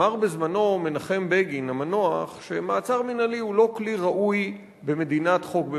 אמר בזמנו מנחם בגין המנוח שמעצר מינהלי הוא לא כלי ראוי במדינת חוק,